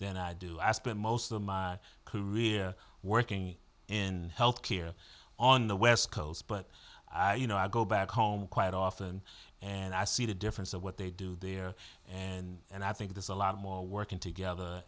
then i do ask most of my career working and health care on the west coast but i you know i go back home quite often and i see the difference of what they do there and and i think there's a lot more working together